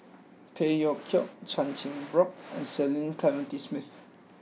Phey Yew Kok Chan Chin Bock and Cecil Clementi Smith